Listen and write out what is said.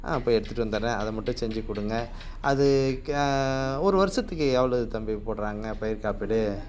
ஆ போய் எடுத்துட்டு வந்துடுறேன் அதை மட்டும் செஞ்சு கொடுங்க அது கே ஒரு வருஷத்துக்கு எவ்வளோ தம்பி போடுறாங்க பயிர் காப்பீடு